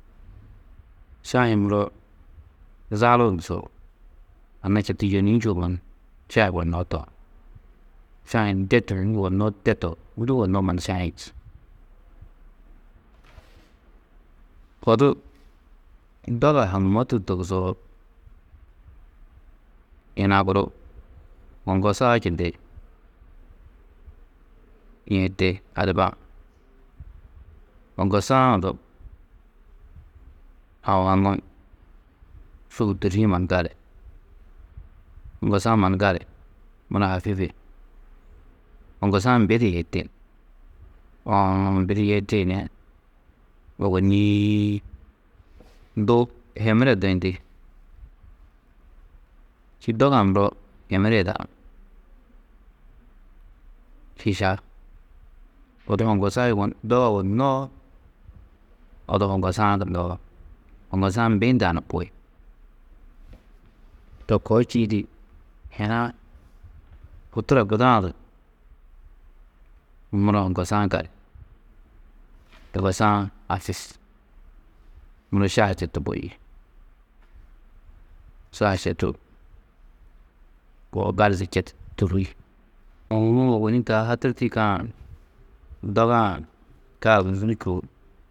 Šahi-ĩ muro zaluu ni suru, anna četu yônii njûwo mannu šahi gonumoo tohú. Šahi-ĩ de yunu yugonnoó de tohú, ndû yugonnoó mannu šahi-ĩ čî. Odu doga haŋumó tûrtu togusoo, yina guru hoŋgosaa čindi yihiti adiba-ã. Hoŋgosa-ã odu aũ haŋuũ su huturîe mannu gali, hoŋgosa-ã mannu gali, mura hafîfe, hoŋgosa-ã mbi di yihiti, uũ mbi yihiti ni ôwonni du hemire duyundi, čîidi doga-ã muro hemire yidanú, šiša, odu hoŋgosaa yugon, doga yugondunoó, odu hoŋgosa-ã gunnoó, hoŋgosa-ã mbi hundɑ͂ ni bui, to koo čîidi yina hutura guda-ã du muro hoŋgosa-ã gali. Hoŋgosa-ã hafîf, muro šahi četu buĩ, šahi četu buwo gali di četu tûrri. Uũ ôwonni taa hatirî tîyikã doga-ã ka ôguzuu čûo.